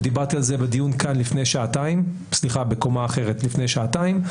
ודיברתי על זה בדיון בקומה אחרת לפני שעתיים,